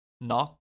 Knock